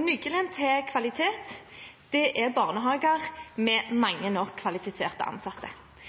Nøkkelen til kvalitet er barnehager med